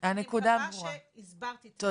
אני מקווה שהסברתי את עצמי.